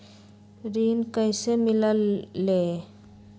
ऋण कईसे मिलल ले?